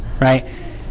right